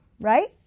right